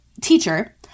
teacher